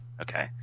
Okay